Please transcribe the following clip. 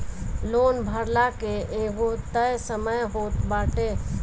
loan भरला के एगो तय समय होत बाटे